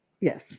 Yes